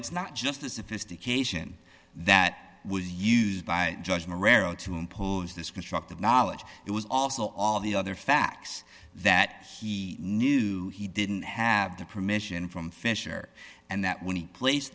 it's not just the sophistication that was used by judgment rarely to impose this construct of knowledge it was also all the other facts that he knew he didn't have the permission from fischer and that when he pla